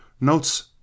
notes